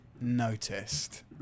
noticed